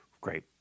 great